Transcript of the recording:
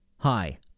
Hi